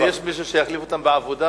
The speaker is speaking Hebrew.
אבל יש מישהו שיחליף אותם בעבודה?